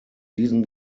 diesen